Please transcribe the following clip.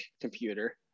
computer